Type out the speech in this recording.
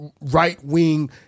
right-wing